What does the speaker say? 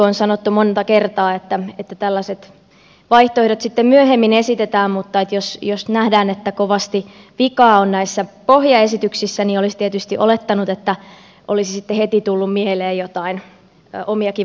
on sanottu monta kertaa että vaihtoehdot sitten myöhemmin esitetään mutta jos nähdään että on kovasti vikaa näissä pohjaesityksissä niin olisi tietysti olettanut että olisi sitten heti tullut mieleen joitain omiakin vaihtoehtoja